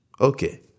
Okay